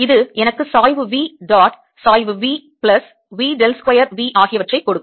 இது எனக்கு சாய்வு V டாட் சாய்வு V plus V del square V ஆகியவற்றைக் கொடுக்கும்